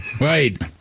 Right